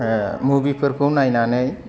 movie फोरखौ नायनानै